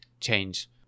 change